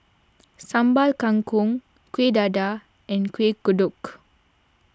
Sambal Kangkong Kuih Dadar and Kuih Kodok